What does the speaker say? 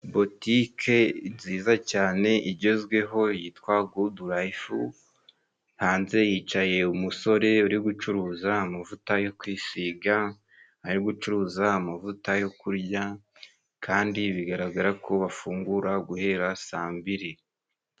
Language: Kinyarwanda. Botike nziza cyane igezweho yitwa Gudu layifu hanze hicaye umusore uri gucuruza amavuta yo kwisiga, ari gucuruza amavuta yo kurya, kandi bigaragara ko bafungura guhera saa mbiri.